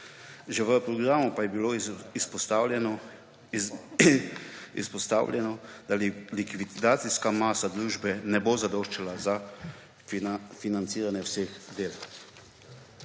že v programu pa je bilo izpostavljeno, da likvidacijska masa družbe ne bo zadoščala za financiranje vseh del.